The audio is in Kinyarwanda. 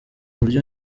buryo